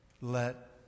let